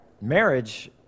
marriage